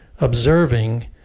observing